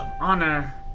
honor